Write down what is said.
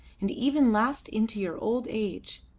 and even last into your old age.